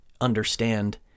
understand